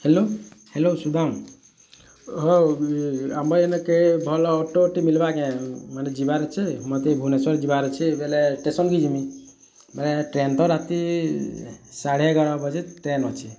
hello hello Sudam ହଁ ଆମେ ଏଇନା କେ ଭଲ୍ ଅଟୋଟେ ମିଲ୍ବା କେଁ ମାନେ ଯିବାର୍ ଅଛେ ମତେ ଭୁବନେଶ୍ୱର୍ ଯିବାର୍ ଅଛେ ବେଲେ ଟେସନ୍ କେ ଯିମି ମାନେ ଟ୍ରେନ ତ ରାତି ସାଢ଼େ ଏଗାର୍ ବଜେ ଟ୍ରେନ୍ ଅଛି